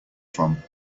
from